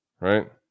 right